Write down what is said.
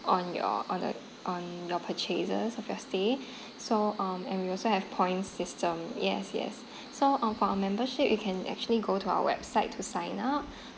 on your on the on your purchases of your stay so um and we also have points system yes yes so um for our membership you can actually go to our website to sign up